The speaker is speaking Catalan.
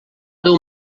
dur